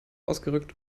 ausgerückt